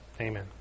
Amen